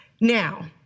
Now